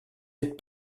êtes